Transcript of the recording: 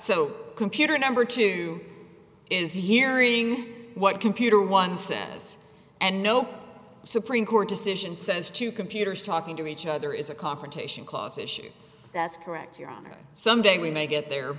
so computer number two is hearing what computer one says and no supreme court decision says two computers talking to each other is a confrontation clause issue that's correct your honor someday we may get there